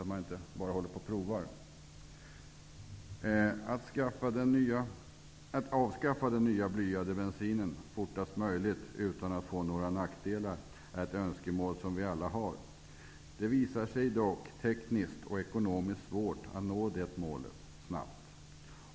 Vi får inte bara hålla på och prova. Att avskaffa den nya blyade bensinen fortast möjligt utan att det uppstår några nackdelar är ett önskemål som vi alla har. Det visar sig dock tekniskt och ekonomiskt svårt att nå det målet snabbt.